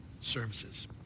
services